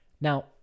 Now